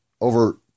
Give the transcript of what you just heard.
Over